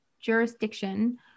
jurisdiction